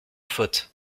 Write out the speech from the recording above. faute